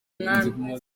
umwami